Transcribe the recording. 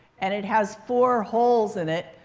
and it has four holes in it,